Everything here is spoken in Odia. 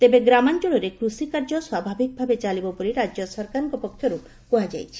ତେବେ ଗ୍ରାମାଞ୍ଚଳରେ କୃଷିକାର୍ଯ୍ୟ ସ୍ୱାଭାବିକ ଭାବେ ଚାଲିବ ବୋଲି ରାଜ୍ୟ ସରକାରଙ୍କ ପକ୍ଷରୁ କୁହାଯାଇଛି